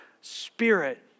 spirit